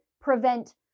prevent